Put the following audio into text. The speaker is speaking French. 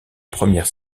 première